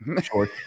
short